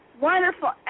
Wonderful